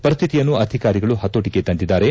ಪರಿಸ್ಥಿತಿಯನ್ನು ಅಧಿಕಾರಿಗಳು ಹತೋಟಗೆ ತಂದಿದ್ದಾರೆ